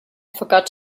forgot